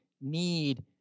need